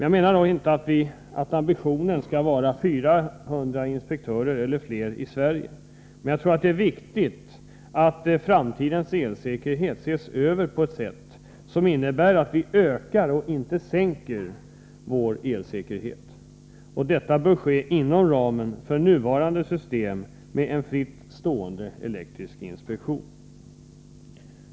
Jag menar dock inte att ambitionen skall vara att vi skall ha 400 inspektörer eller fler i Sverige, men jag tror att det är viktigt att framtidens elsäkerhet ses över på ett sätt som innebär att vi ökar — och inte sänker — vår elsäkerhet. Och detta bör ske inom ramen för nuvarande system med en fristående elektrisk inspektion.